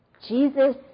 Jesus